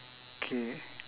K